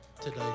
today